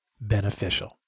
beneficial